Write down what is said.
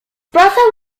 brother